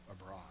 abroad